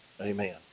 Amen